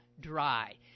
dry